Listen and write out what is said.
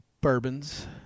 bourbons